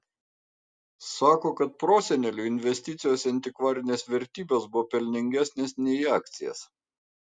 sako kad proseneliui investicijos į antikvarines vertybes buvo pelningesnės nei į akcijas